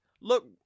Look